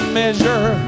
measure